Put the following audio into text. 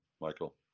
Michael